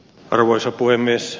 arvoisa puhemies